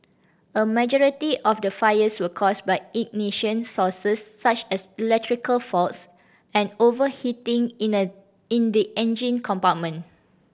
a majority of the fires were caused by ignition sources such as electrical faults and overheating in the in the engine compartment